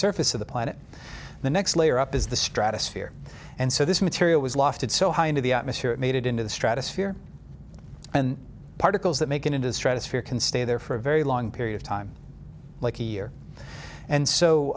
surface of the planet the next layer up is the stratosphere and so this material was lofted so high into the atmosphere it made it into the stratosphere and particles that make it into stratosphere can stay there for a very long period of time like a year and so